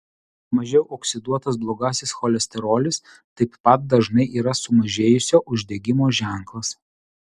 mažiau oksiduotas blogasis cholesterolis taip pat dažnai yra sumažėjusio uždegimo ženklas